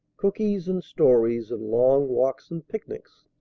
cookies and stories and long walks and picnics!